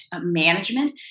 management